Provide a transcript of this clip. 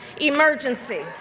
emergency